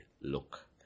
look